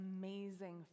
amazing